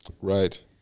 Right